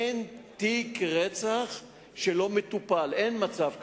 אין תיק רצח שלא מטופל, אין מצב כזה.